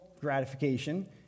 gratification